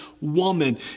woman